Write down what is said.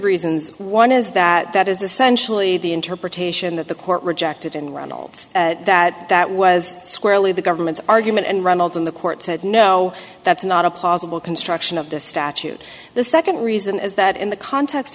reasons one is that that is essentially the interpretation that the court rejected and ronald that that was squarely the government's argument and ronald's in the court said no that's not a possible construction of the statute the second reason is that in the context